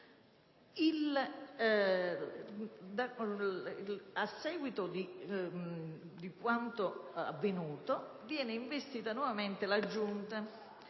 A seguito di quanto avvenuto viene investita nuovamente la Giunta,